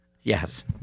Yes